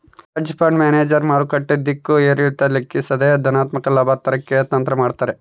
hedge fund manager ಮಾರುಕಟ್ಟೆ ದಿಕ್ಕು ಏರಿಳಿತ ಲೆಕ್ಕಿಸದೆ ಧನಾತ್ಮಕ ಲಾಭ ತರಕ್ಕೆ ತಂತ್ರ ಮಾಡ್ತಾರ